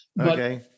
Okay